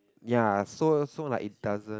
ya so so like it doesn't